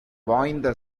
வாய்ந்த